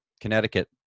Connecticut